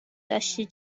داشتی